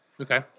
Okay